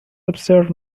observe